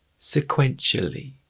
sequentially